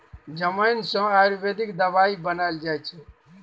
जमैन सँ आयुर्वेदिक दबाई बनाएल जाइ छै